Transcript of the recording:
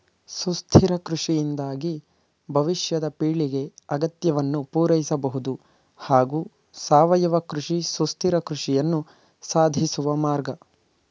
ಸುಸ್ಥಿರ ಕೃಷಿಯಿಂದಾಗಿ ಭವಿಷ್ಯದ ಪೀಳಿಗೆ ಅಗತ್ಯವನ್ನು ಪೂರೈಸಬಹುದು ಹಾಗೂ ಸಾವಯವ ಕೃಷಿ ಸುಸ್ಥಿರ ಕೃಷಿಯನ್ನು ಸಾಧಿಸುವ ಮಾರ್ಗ